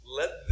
let